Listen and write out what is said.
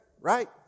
right